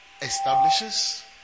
establishes